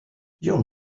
your